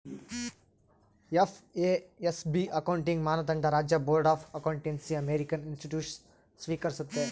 FASB accounting ಮಾನದಂಡ ರಾಜ್ಯ board of accountancy American institutes ಸ್ವೀಕರಿಸ್ತತೆ